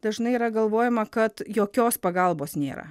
dažnai yra galvojama kad jokios pagalbos nėra